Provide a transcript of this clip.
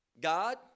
God